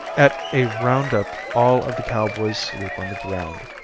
at a round-up all of the cowboys sleep on the ground.